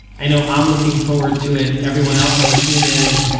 i know i'm looking forward to it, everyone else on the team is,